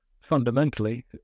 fundamentally